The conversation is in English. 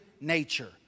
nature